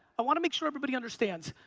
i wanna make sure everybody understands.